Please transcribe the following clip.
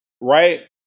right